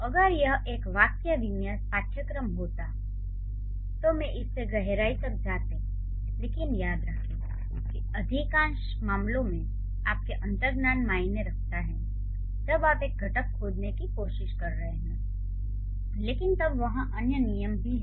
अगर यह एक वाक्यविन्यास पाठ्यक्रम होता तो मैं इसमें गहराई तक जाते लेकिन याद रखें कि अधिकांश मामलों में आपके अंतर्ज्ञान मायने रखता है जब आप घटक खोजने की कोशिश कर रहे हैं लेकिन तब वहाँ अन्य नियम भी हैं